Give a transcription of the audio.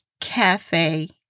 cafe